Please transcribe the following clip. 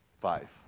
five